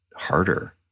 harder